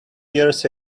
years